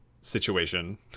situation